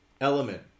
element